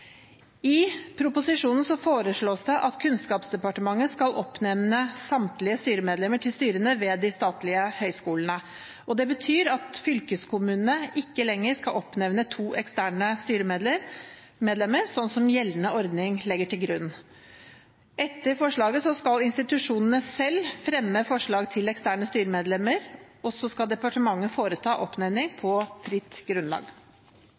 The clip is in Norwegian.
I proposisjonen foreslås det at Kunnskapsdepartementet skal oppnevne samtlige styremedlemmer til styrene ved de statlige høyskolene. Det betyr at fylkeskommunene ikke lenger skal oppnevne to eksterne styremedlemmer, slik gjeldende ordning legger til grunn. Etter forslaget skal institusjonene selv fremme forslag til eksterne styremedlemmer, og så skal departementet foreta oppnevningen på fritt grunnlag.